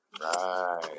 right